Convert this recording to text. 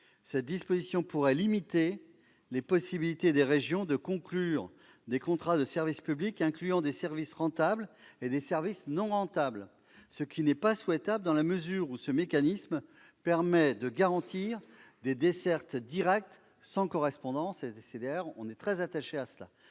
telle disposition pourrait limiter les possibilités des régions de conclure des contrats de service public incluant des services rentables et des services non rentables. Or cela n'est pas souhaitable, dans la mesure où ce mécanisme permet de garantir des dessertes directes sans correspondance, ce à quoi nous sommes très attachés. La